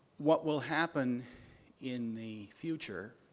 what will happen in the future?